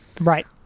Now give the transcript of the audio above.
Right